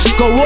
go